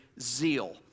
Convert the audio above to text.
zeal